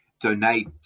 donate